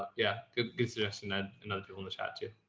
yeah. good, good suggestion. and and other people in the chat too.